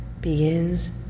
begins